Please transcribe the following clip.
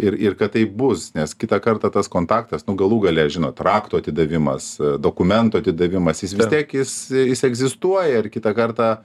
ir ir kad tai bus nes kitą kartą tas kontaktas nu galų gale žinot raktų atidavimas dokumentų atidavimas jis vis tiek jis jis egzistuoja ir kitą kartą